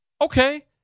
okay